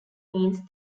meant